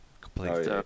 complete